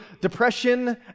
depression